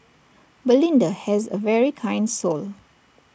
belinda has A very kind soul